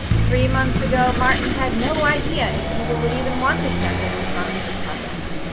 three months ago, martin had no idea if people would even want to tackle this monster project.